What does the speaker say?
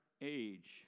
age